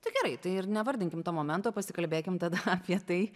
tai gerai tai ir nevardinkim to momento pasikalbėkim tada apie tai